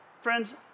friends